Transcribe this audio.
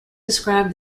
described